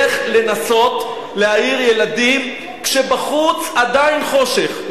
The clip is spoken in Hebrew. לך לנסות להעיר ילדים כשבחוץ עדיין חושך,